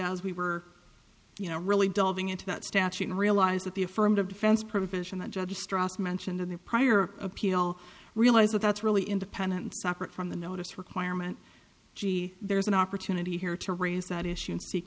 as we were you know really delving into that statute and realize that the affirmative defense provision that judge strauss mentioned in the prior appeal realize that that's really independent and separate from the notice requirement gee there's an opportunity here to raise that issue